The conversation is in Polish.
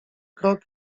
krok